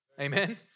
Amen